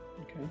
Okay